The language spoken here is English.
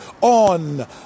on